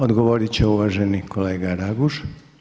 Odgovoriti će uvaženi kolega Raguž.